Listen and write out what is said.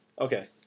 Okay